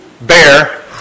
Bear